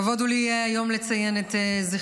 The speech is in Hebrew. כבוד הוא לי יהיה היום לציין את זכרה